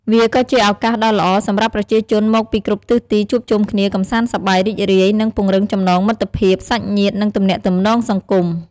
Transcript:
វាក៏ជាឱកាសដ៏ល្អសម្រាប់ប្រជាជនមកពីគ្រប់ទិសទីជួបជុំគ្នា កម្សាន្តសប្បាយ រីករាយ និងពង្រឹងចំណងមិត្តភាព សាច់ញាតិ និងទំនាក់ទំនងសង្គម។